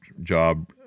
job